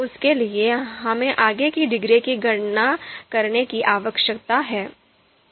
उसके लिए हमें आगे की डिग्री की गणना करने की आवश्यकता है